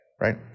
right